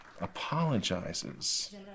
apologizes